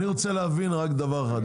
אני רוצה להבין רק דבר אחד.